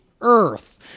earth